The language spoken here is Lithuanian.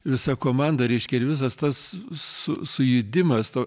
visa komanda reiškia ir visas tas su sujudimas to